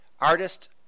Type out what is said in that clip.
Artist